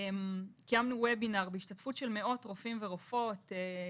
קיימנו ובינר בהשתתפות של מאות רופאים ורופאות,